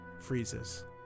freezes